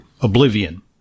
oblivion